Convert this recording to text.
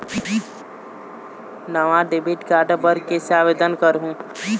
नावा debit card बर कैसे आवेदन करहूं?